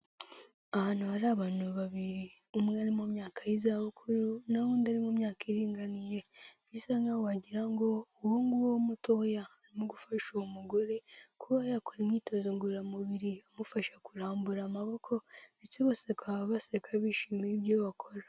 Ahantu hari abantu babiri, umwe ari mu myaka y'izabukuru n'aho undi ari mu myaka iringaniye, bisa nk'aho wagira ngo uwo nguwo mutoya arimo gufasha uwo mugore kuba yakora imyitozo ngororamubiri, amufasha kurambura amaboko ndetse bose bakaba baseka bishimiye ibyo bakora.